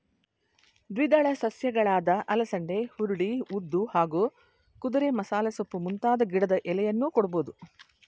ದ್ವಿದಳ ಸಸ್ಯಗಳಾದ ಅಲಸಂದೆ ಹುರುಳಿ ಉದ್ದು ಹಾಗೂ ಕುದುರೆಮಸಾಲೆಸೊಪ್ಪು ಮುಂತಾದ ಗಿಡದ ಎಲೆಯನ್ನೂ ಕೊಡ್ಬೋದು